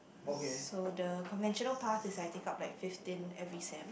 so the conventional path is I take up like fifteen every sem